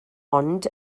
ond